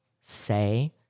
say